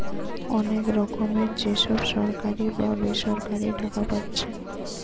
অনেক রকমের যে সব সরকারি বা বেসরকারি টাকা পাচ্ছে